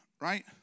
right